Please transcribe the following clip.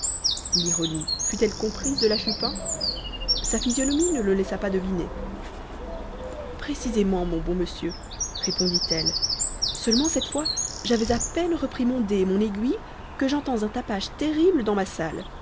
l'ironie fut-elle comprise de la chupin sa physionomie ne le laissa pas deviner précisément mon bon monsieur répondit-elle seulement cette fois j'avais à peine repris mon dé et mon aiguille que j'entends un tapage terrible dans ma salle